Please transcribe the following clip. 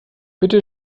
bitte